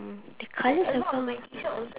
the colours